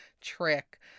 trick